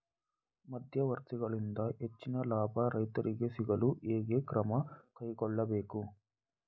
ಮಧ್ಯವರ್ತಿಗಳಿಂದ ಹೆಚ್ಚಿನ ಲಾಭ ರೈತರಿಗೆ ಸಿಗಲು ಹೇಗೆ ಕ್ರಮ ಕೈಗೊಳ್ಳಬೇಕು?